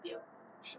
不要